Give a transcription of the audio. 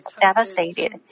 devastated